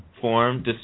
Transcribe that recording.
form